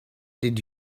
did